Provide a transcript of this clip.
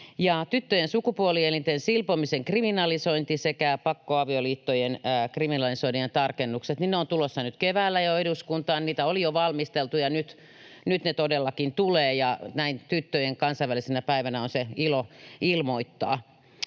Tyttöjen sukupuolielinten silpomisen kriminalisointi sekä pakkoavioliittojen kriminalisoinnin tarkennukset: Ne ovat tulossa jo keväällä eduskuntaan. Niitä oli jo valmisteltu, ja nyt ne todellakin tulevat, ja näin tyttöjen kansainvälisenä päivänä se on ilo ilmoittaa.